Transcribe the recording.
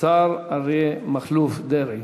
השר אריה מכלוף דרעי.